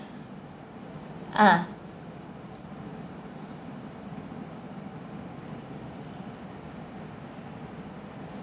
ah